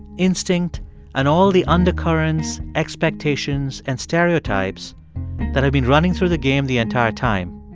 instinct and all the undercurrents, expectations and stereotypes that have been running through the game the entire time.